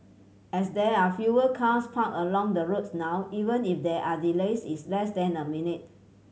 as there are fewer cars parked along the roads now even if there are delays it's less than a minute